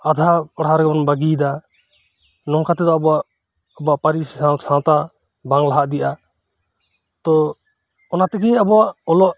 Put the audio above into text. ᱟᱸᱫᱷᱟ ᱯᱟᱲᱦᱟᱣ ᱨᱮᱜᱮᱵᱩᱱ ᱵᱟᱹᱜᱤᱭᱮᱫᱟ ᱱᱚᱝᱠᱟ ᱛᱮᱫᱚ ᱟᱵᱚᱣᱟᱜ ᱟᱵᱚᱣᱟᱜ ᱯᱟᱹᱨᱤᱥ ᱡᱮᱢᱚᱱ ᱥᱟᱶᱛᱟ ᱵᱟᱝ ᱞᱟᱦᱟ ᱤᱫᱤᱜᱼᱟ ᱛᱚ ᱚᱱᱟᱛᱮᱜᱮ ᱟᱵᱚᱣᱟᱜ ᱚᱞᱚᱜ